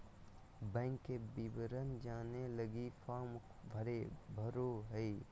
bank के विवरण जाने लगी फॉर्म भरे पड़ो हइ